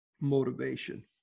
motivation